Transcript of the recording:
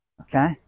Okay